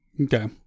Okay